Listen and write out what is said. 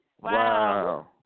Wow